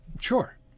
sure